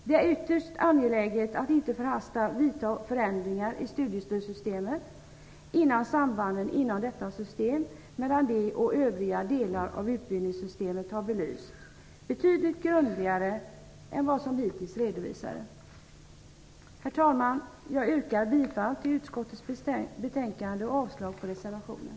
Det är ytterst angeläget att inte förhastat vidta förändringar i studiestödssystemet innan sambanden inom detta system och mellan det och övriga delar av utbildningssytemet har belysts betydligt grundligare än vad som hittills redovisats. Herr talman! Jag yrkar bifall till utskottets hemställan och avslag på reservationen.